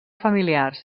familiars